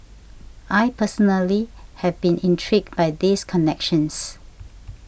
I personally have been intrigued by these connections